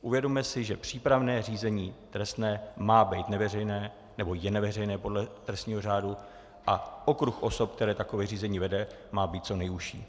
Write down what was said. Uvědomme si, že přípravné řízení trestní má být neveřejné, nebo je neveřejné podle trestního řádu, a okruh osob, který takové řízení vede, má být co nejužší.